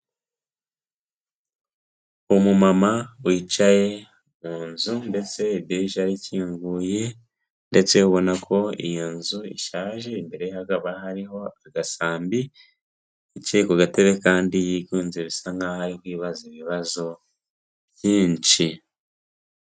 Umumama wicaye mu nzu ndetse idirishya rikinguye, ndetse ubona ko iyo nzu ishaje imbere hakaba hariho agasambi, wicaye ku gatere kandi yigunze bisa nkaho ari kwibaza ibibazo byinshi.